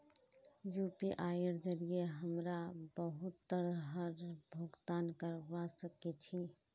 यूपीआईर जरिये हमरा बहुत तरहर भुगतान करवा सके छी